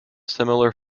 similar